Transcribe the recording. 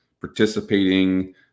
participating